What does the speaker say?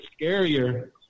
scarier